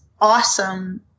awesome